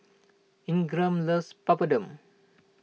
Ingram loves Papadum